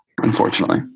Unfortunately